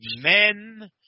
men